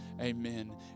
amen